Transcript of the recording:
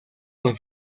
con